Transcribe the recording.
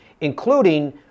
including